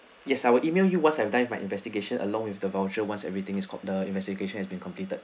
yes I will email you once I have done with my investigation along with the voucher once everything is comp~ the investigation has been completed